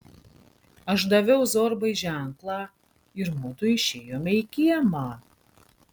aš daviau zorbai ženklą ir mudu išėjome į kiemą